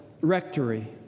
Rectory